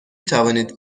توانید